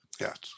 Yes